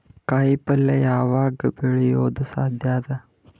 ಕಾಯಿಪಲ್ಯ ಯಾವಗ್ ಬೆಳಿಯೋದು ಸಾಧ್ಯ ಅದ?